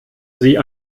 sie